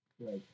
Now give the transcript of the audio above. Right